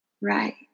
right